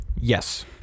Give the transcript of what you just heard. Yes